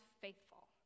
faithful